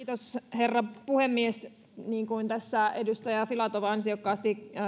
herra puhemies tässä edustaja filatov ansiokkaasti